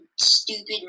stupid